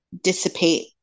dissipate